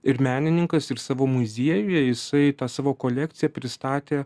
ir menininkas ir savo muziejuje jisai tą savo kolekciją pristatė